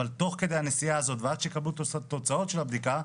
אבל תוך כדי הנסיעה הזאת ועד שיקבלו את התוצאות של הבדיקה,